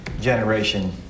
generation